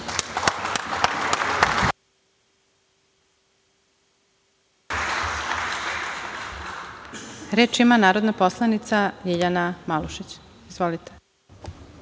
Reč ima narodna poslanica Ljiljana Malušić. Izvolite.